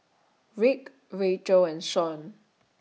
Rick Racheal and shown